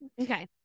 Okay